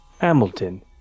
Hamilton